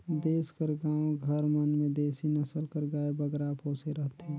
देस कर गाँव घर मन में देसी नसल कर गाय बगरा पोसे रहथें